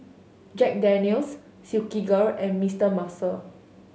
Jack Daniel's Silkygirl and Mister Muscle